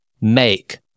make